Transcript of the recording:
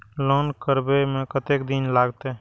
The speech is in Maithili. लोन करबे में कतेक दिन लागते?